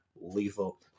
Lethal